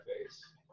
face